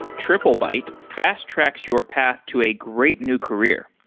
triplebyte fast-tracks your path to a great new career.